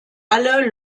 alle